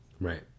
right